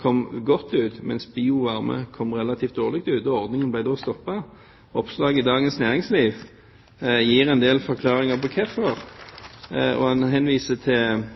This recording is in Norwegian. kom godt ut, mens biovarme kom relativt dårlig ut, og ordningen ble da stoppet. Oppslag i Dagens Næringsliv gir en del forklaringer på hvorfor, og jeg henviser til